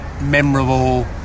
memorable